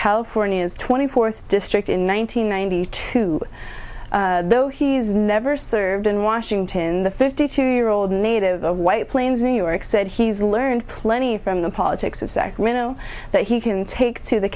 california's twenty fourth district in one thousand nine hundred two though he's never served in washington the fifty two year old native of white plains new york said he's learned plenty from the politics of sacramento that he can take to the